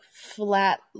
flat